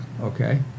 okay